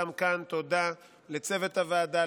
גם כאן תודה לצוות הוועדה,